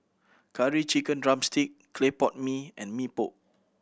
Curry Chicken drumstick clay pot mee and Mee Pok